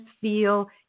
feel